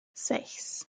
sechs